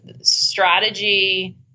strategy